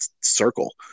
circle